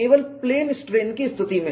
केवल plain strain की स्थिति में